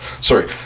Sorry